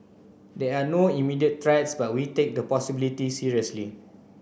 there are no immediate threats but we take the possibility seriously